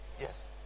Yes